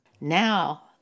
Now